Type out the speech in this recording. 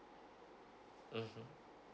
mm